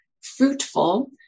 fruitful